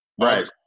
Right